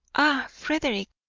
ah, frederick,